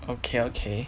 okay okay